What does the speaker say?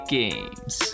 games